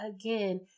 again